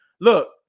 Look